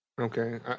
okay